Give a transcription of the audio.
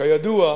"כידוע,